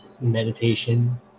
meditation